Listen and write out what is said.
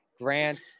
Grant